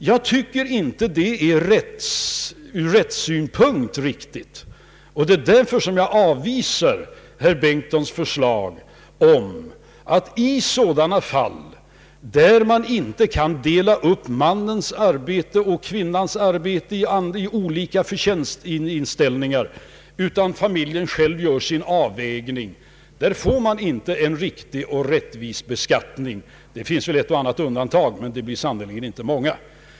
Jag anser inte att det är ur rättssynpunkt riktigt, och därför avvisar jag herr Bengtsons förslag. I de fall där man inte kan dela upp mannens arbete och kvinnans arbete i olika inkomstposter, utan familjen själv gör sin avvägning, där får man inte en riktig och rättvis beskattning. Det finns naturligtvis ett och annat undantag, men de är sannerligen inte många.